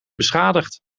beschadigd